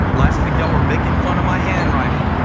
last week, y'all were making fun of my handwriting.